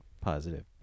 positive